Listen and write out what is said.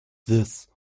this